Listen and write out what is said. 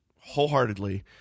wholeheartedly